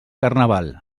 carnaval